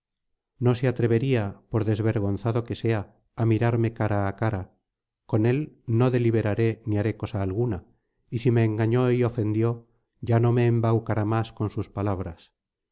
no se atrevería por desvergonzado que sea á mirarme cara á cara con él no deliberaré ni haré cosa alguna y si me engañó y ofendió ya no me embaucará más con sus palabras